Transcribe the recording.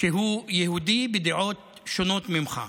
שהוא יהודי בדעות שונות ממך,